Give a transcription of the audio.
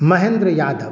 Mahendra Yadav